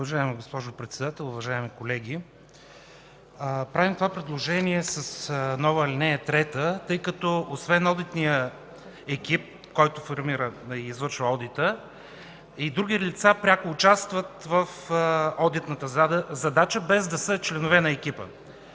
Уважаема госпожо Председател! Уважаеми колеги, правим това предложение за нова ал. 3, тъй като освен одитният екип, който извършва одита, и други лица пряко участват в одитната задача, без да са членове на екипа.